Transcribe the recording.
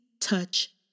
touch